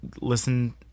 listen